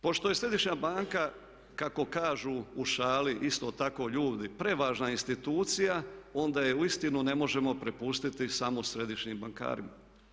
Pošto je središnja banka kako kažu u šali isto tako ljudi prevažna institucija, onda je uistinu ne možemo prepustiti samo središnjim bankarima.